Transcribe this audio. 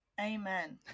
Amen